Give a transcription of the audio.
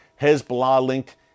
Hezbollah-linked